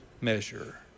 measure